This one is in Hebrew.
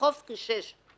בטשרניחובסקי 6,